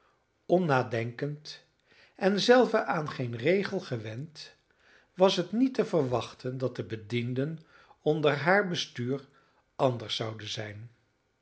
onnadenkend en zelve aan geenen regel gewend was het niet te verwachten dat de bedienden onder haar bestuur anders zouden zijn